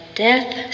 death